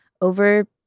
over